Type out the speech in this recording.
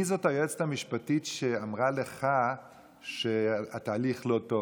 מי זאת היועצת המשפטית שאמרה לך שהתהליך לא טוב,